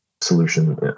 solution